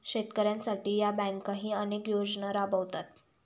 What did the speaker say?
शेतकऱ्यांसाठी या बँकाही अनेक योजना राबवतात